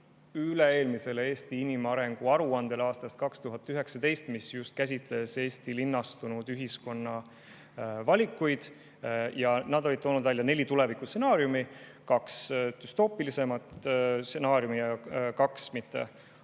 üle-eelmisele Eesti inimarengu aruandele aastast 2019, mis just käsitles Eesti linnastunud ühiskonna valikuid. Nad on toonud välja neli tulevikustsenaariumi, kaks düstoopilisemat stsenaariumi ja kaks mitte